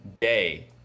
day